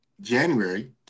January